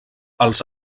els